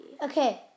Okay